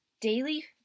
daily